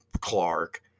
Clark